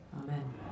Amen